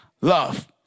love